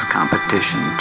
Competition